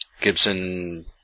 Gibson